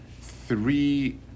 three